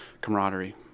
camaraderie